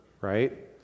right